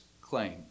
claim